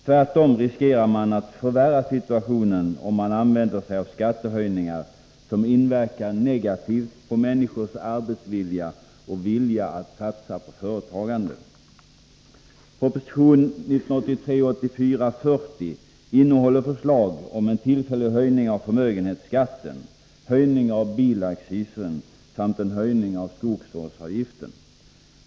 Tvärtom riskerar man därigenom att förvärra situationen, om man använder sig av skattehöjningar som inverkar negativt på människors arbetsvilja och vilja att satsa på företagande. Proposition 1983/84:40 innehåller förslag om en tillfällig höjning av förmögenhetsskatten, höjning av bilaccisen samt höjning av skogsvårdsavgiften.